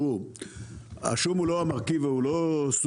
השום הוא לא ההבדל